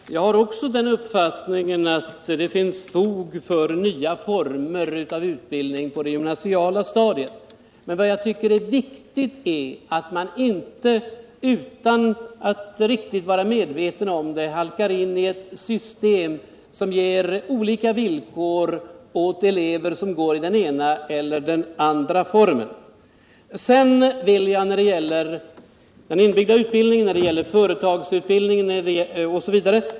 Herr talman! Jag har också den uppfattningen att det finns fog för nya former av utbildning på det gymnasiala stadiet. Men det är viktigt att man inte utan att riktigt vara medveten därom halkar in i ett system som ger olika villkor åt elever som går i den ena eller den andra skolformen. När det gäller företagsutbildningen etc.